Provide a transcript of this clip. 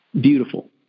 beautiful